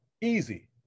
easy